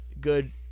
good